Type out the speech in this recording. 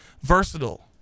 versatile